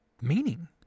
meaning